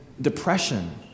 depression